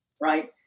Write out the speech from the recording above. right